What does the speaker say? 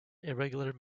irregular